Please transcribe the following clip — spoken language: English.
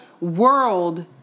world